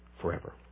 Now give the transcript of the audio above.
forever